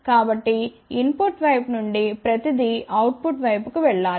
కాబట్టి input వైపు నుండి ప్రతిదీ అవుట్ పుట్ వైపుకు వెళ్ళాలి